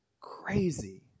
crazy